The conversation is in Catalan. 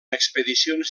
expedicions